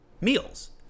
meals